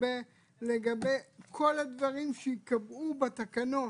לגבי כל הדברים שייקבעו בתקנות